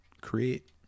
create